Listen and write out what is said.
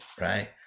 Right